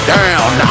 down